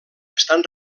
estan